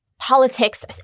politics